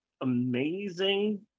amazing